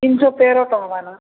ତିିନିଶହ ତେର ତବ ମାନ